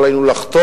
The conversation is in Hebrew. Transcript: אבל עלינו לחתור.